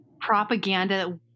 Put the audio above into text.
propaganda